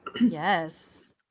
Yes